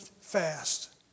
fast